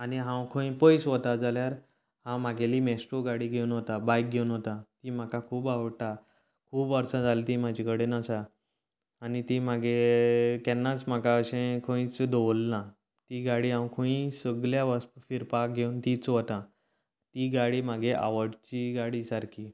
आनी हांव खंय पयस वता जाल्यार हांव म्हागेली मेस्ट्रो गाडी घेवन वता बायक घेवन वता ती म्हाका खूब आवडटा खूब वर्सां जाली ती म्हाजे कडेन आसा आनी ती म्हागे केन्नाच म्हाका अशें खंयच दवरल ना ती गाडी हांव थंय सगळ्या वच फिरपाक घेवन तीच वता ती गाडी म्हागे आवडची गाडी सारकीं